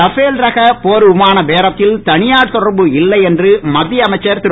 Rafale ரக போர் விமான பேரத்தில் தனியார் தொடர்பு இல்லை என்று மத்திய அமைச்சர் திரு